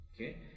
Okay